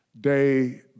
day